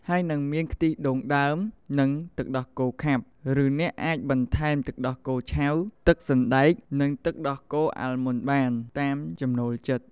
ហើយនិងមាន ខ្ទិះដូងដើម និងទឹកដោះគោខាប់ ឬអ្នកអាចបន្ថែមទឹកដោះគោឆៅ ទឹកសណ្តែក និងទឹកដោះគោអាល់ម៉ុនបាន តាមចំណូលចិត្ត។